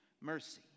mercy